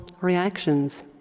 reactions